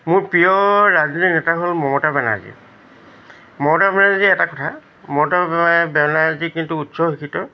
মোৰ প্ৰিয় ৰাজনীতি নেতা হ'ল মমতা বেনাৰ্জী মমতা বেনাৰ্জীৰ এটা কথা মমতা বেনাৰ্জী কিন্তু উচ্চ শিক্ষিত